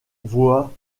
voient